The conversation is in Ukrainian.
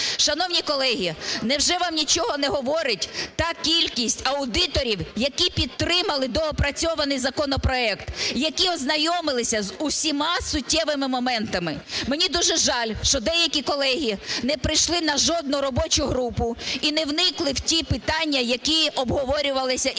Шановні колеги, невже вам нічого не говорить та кількість аудиторів, які підтримали доопрацьований законопроект, які ознайомилися з усіма суттєвими моментами? Мені дуже жаль, що деякі колеги не прийшли на жодну робочу групу і не вникли в ті питання, які обговорювалися із